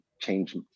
change